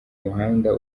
umuhanda